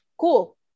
cool